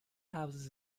houses